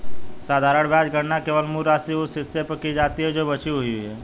साधारण ब्याज गणना केवल मूल राशि, उस हिस्से पर की जाती है जो बची हुई है